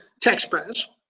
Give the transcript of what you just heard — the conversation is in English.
taxpayers